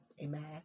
amen